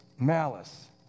malice